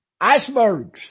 Icebergs